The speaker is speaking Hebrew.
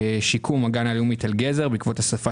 שיקום הגן הלאומי תל גזר בעקבות השריפה